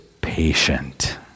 patient